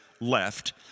left